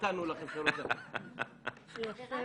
תודה.